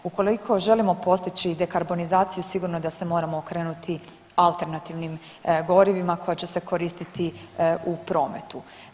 Ukoliko želimo postići dekarbonizaciju sigurno da se moramo okrenuti alternativnim gorivima koja će se koristiti u prometu.